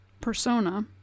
persona